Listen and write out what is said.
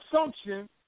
assumption